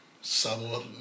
Sabor